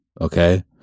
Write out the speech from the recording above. Okay